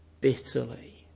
bitterly